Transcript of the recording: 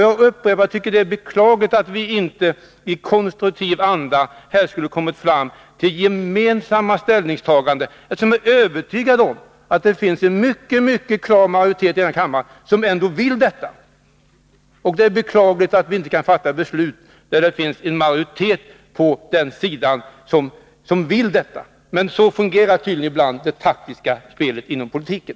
Jag upprepar: Det är beklagligt att vi inte i konstruktiv anda kan komma fram till gemensamma ställningstaganden när ändå, det är jag övertygad om, en klar majoritet i denna kammare skulle vilja det. Men så fungerar tydligen ibland det taktiska spelet inom politiken.